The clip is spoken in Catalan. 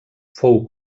fou